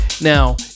Now